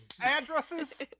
addresses